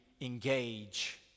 engage